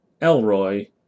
Elroy